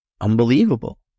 unbelievable